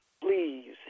please